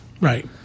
Right